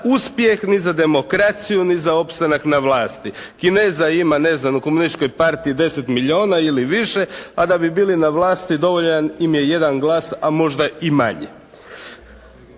uspjeh ni za demokraciju, ni za opstanak na vlasti. Kineza ima ne znam u Komunističkoj partiji 10 milijuna ili više a da bi bili na vlasti dovoljan im je jedan glas a možda i manje.